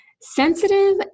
sensitive